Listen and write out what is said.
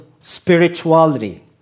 spirituality